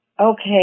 okay